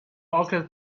okręt